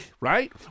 right